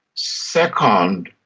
second,